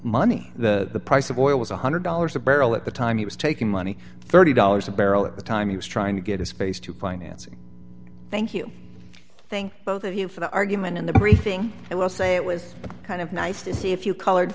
money the price of oil was one hundred dollars a barrel at the time he was taking money thirty dollars a barrel at the time he was trying to get a space to financing thank you thank both of you for the argument in the briefing i will say it was kind of nice to see if you colored